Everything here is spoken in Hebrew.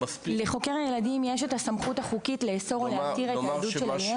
לחוקר הילדים יש את הסמכות החוקית לאסור או להתיר את העדות של הילד.